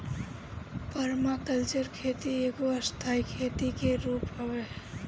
permaculture खेती एगो स्थाई खेती के रूप हवे